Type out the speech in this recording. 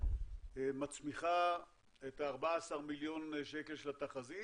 מצמיחה את ה-14 מיליארד שקל של התחזית